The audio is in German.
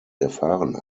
erfahren